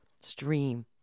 stream